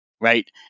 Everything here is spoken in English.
Right